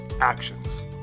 actions